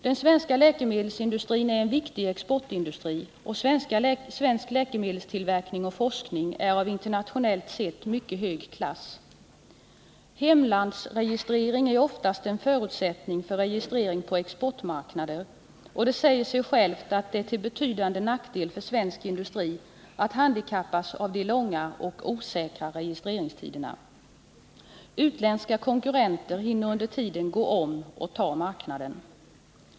Den svenska läkemedelsindustrin är en viktig exportindustri, och svensk läkemedelstillverkning och forskning är internationellt sett av mycket hög klass. Hemlandsregistrering är oftast en förutsättning för registrering på exportmarknader, och det säger sig självt att det är till betydande nackdel för svensk industri att handikappas av de långa och osäkra registreringstiderna — utländska konkurrenter hinner under tiden gå om och ta marknaden.